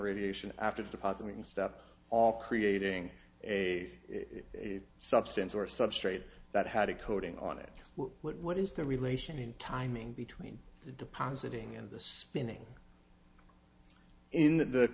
radiation after depositing stuff all creating a substance or substrate that had a coating on it what is the relation in timing between the depositing and the spinning in the